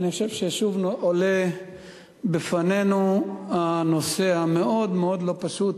אני חושב ששוב עולה בפנינו הנושא המאוד-מאוד לא פשוט,